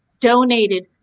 donated